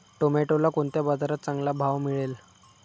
टोमॅटोला कोणत्या बाजारात चांगला भाव मिळेल?